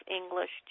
english